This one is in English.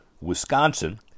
Wisconsin –